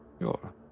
Sure